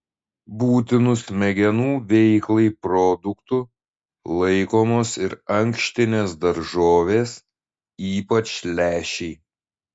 būtinu smegenų veiklai produktu laikomos ir ankštinės daržovės ypač lęšiai